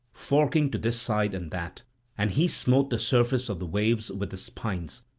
forking to this side and that and he smote the surface of the waves with the spines,